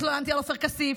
התלוננתי על עופר כסיף.